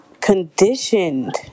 conditioned